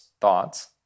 thoughts